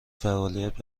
فعالیت